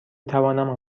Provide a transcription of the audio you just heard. توانم